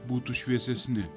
būtų šviesesni